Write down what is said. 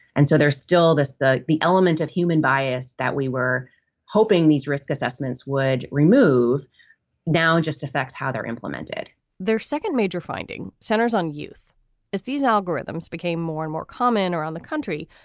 and so there is still this the the element of human bias that we were hoping these risk assessments would remove now just affects how they're implemented their second major finding centers on youth as these algorithms became more and more common or on the country,